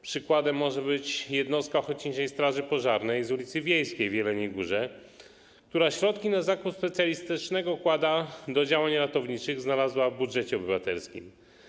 Przykładem może być jednostka ochotniczej straży pożarnej z ul. Wiejskiej w Jeleniej Górze, która środki na zakup specjalistycznego quada do działań ratowniczych znalazła w budżecie obywatelskim.